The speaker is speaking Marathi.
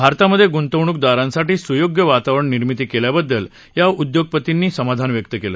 भारतामधे गृंतवणूकदारांसाठी सुयोग्य वातावरण निर्मिती केल्याबद्दल या उद्योगपतींनी समाधान व्यक्त केलं